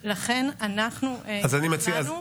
אני כמובן מבקש לחזק את ידי חיילי צבא ההגנה לישראל,